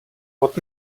what